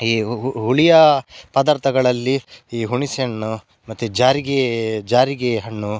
ಈ ಹುಳಿಯ ಪದಾರ್ಥಗಳಲ್ಲಿ ಈ ಹುಣಿಸೆ ಹಣ್ಣು ಮತ್ತೆ ಜಾರಿಗೆ ಜಾರಿಗೆ ಹಣ್ಣು